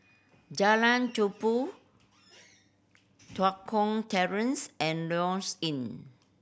Jalan Tumpu Tua Kong Terrace and Lloyds Inn